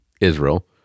Israel